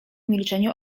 milczeniu